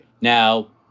now